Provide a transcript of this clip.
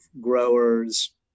growers